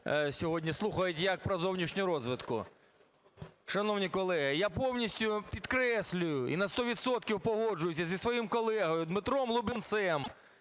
сьогодні слухають як про зовнішню розвідку? Шановні колеги, я повністю підкреслюю і на сто відсотків погоджуюся зі своїм колегою Дмитром Лубінцем,